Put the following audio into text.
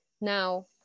Now